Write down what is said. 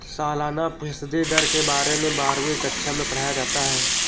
सालाना फ़ीसदी दर के बारे में बारहवीं कक्षा मैं पढ़ाया जाता है